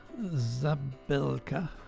Zabelka